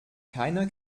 keiner